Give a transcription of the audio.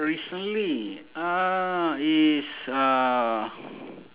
recently uh it's uh